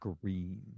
Green